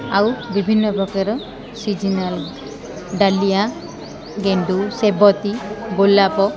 ଆଉ ବିଭିନ୍ନପ୍ରକାର seasonal dahlia ଗେଣ୍ଡୁ ସେବତୀ ଗୋଲାପ